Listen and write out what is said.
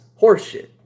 horseshit